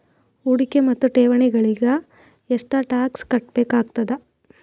ಹೂಡಿಕೆ ಮತ್ತು ಠೇವಣಿಗಳಿಗ ಎಷ್ಟ ಟಾಕ್ಸ್ ಕಟ್ಟಬೇಕಾಗತದ?